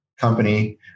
company